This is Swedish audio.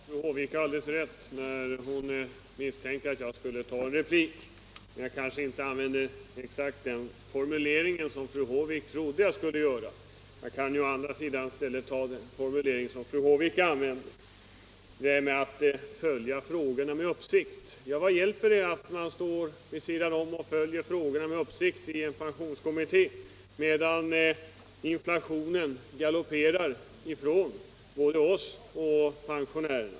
Herr talman! Fru Håvik hade alldeles rätt när hon misstänkte att jag skulle begära replik. Jag kanske dock inte använder exakt den formulering som fru Håvik trodde att jag skulle göra. Jag kan i stället ta den formulering som fru Håvik använde — den om att ha frågorna under uppsikt. Vad hjälper det att man står vid sidan om och har frågan under uppsikt i en pensionskommitté när inflationen galopperar ifrån både oss och pensionärerna.